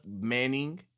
Manning